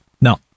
No